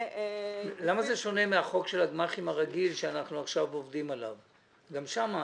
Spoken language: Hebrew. למה זה שונה מהחוק הרגיל של הגמ"חים שאנחנו עובדים עליו עכשיו?